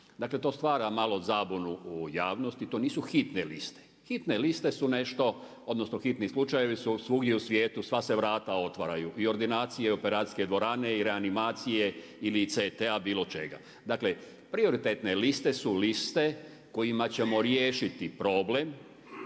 Dakle, to stvara malo zabunu u javnosti. To nisu hitne liste. Hitne liste su nešto, odnosno hitni slučajevi su svugdje u svijetu, sva se vrata otvaraju i ordinacije i operacijske dvorane i reanimacije ili CT-a, bilo čega. Dakle, prioritetne liste su liste kojima ćemo riješiti problem